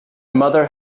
mother